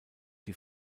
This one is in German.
die